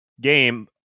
game